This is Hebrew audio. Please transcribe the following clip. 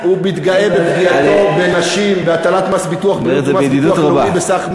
אני אומר את זה בידידות רבה.